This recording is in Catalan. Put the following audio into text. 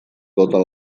totes